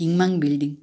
हिङमाङ building